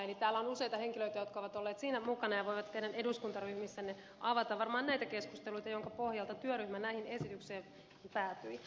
täällä on useita henkilöitä jotka ovat olleet siinä mukana ja voivat teidän eduskuntaryhmissänne varmaan avata näitä keskusteluita joiden pohjalta työryhmä tähän esitykseen päätyi